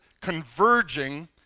converging